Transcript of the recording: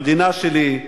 למדינה שלי,